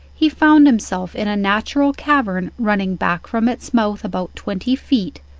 he found himself in a natural cavern running back from its mouth about twenty feet,